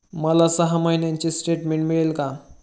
मला सहा महिन्यांचे स्टेटमेंट मिळेल का?